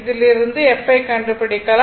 இதிலிருந்து f ஐ கண்டுபிடிக்கலாம்